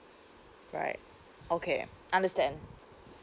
right okay understand